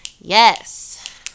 yes